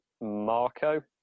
Marco